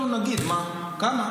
נו, נגיד, כמה?